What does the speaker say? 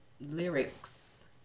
lyrics